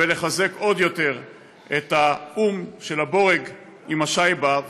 ולחזק עוד יותר את האום של הבורג עם השייבה,